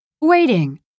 Waiting